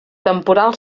temporal